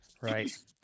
Right